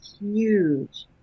huge